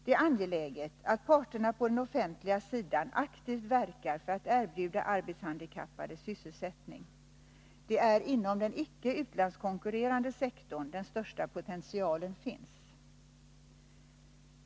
Det är angeläget att parterna på den offentliga sidan aktivt verkar för att erbjuda arbetshandikappade sysselsättning. Det är inom den icke utlandskonkurrerande sektorn som den största potentialen finns.